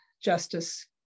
Justice